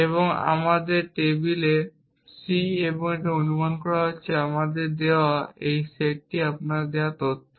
এবং আমাদের টেবিলে c এবং একটি অনুমান করা হচ্ছে আপনাকে দেওয়া এই একটি সেট আপনাকে দেওয়া তথ্য